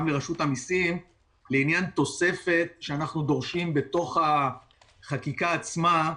לרשות המיסים לעניין תוספת שאנו דורשים בתוך החקיקה עצמה.